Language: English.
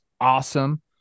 awesome